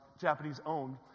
Japanese-owned